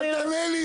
אל תענה לי.